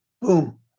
boom